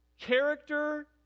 character